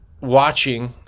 watching